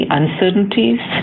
uncertainties